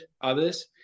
others